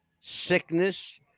sickness